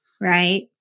right